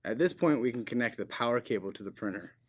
and this point, we can connect the power cable to the printer.